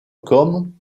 comme